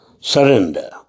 Surrender